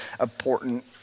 important